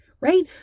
right